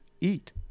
eat